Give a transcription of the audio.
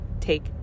take